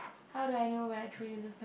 how do I know when I truly love my